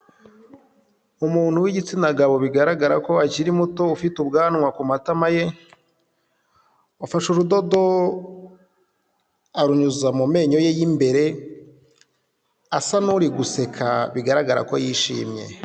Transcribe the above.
Umuntu w'igitsina gabo bigaragara ko akiri muto, ufite ubwanwa ku matama ye, yafashe urudodo arunyuza mu menyo ye y'imbere asa n'uri guseka bigaragara ko yishimye.